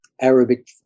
Arabic